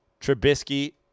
Trubisky